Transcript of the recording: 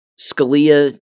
Scalia